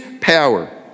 power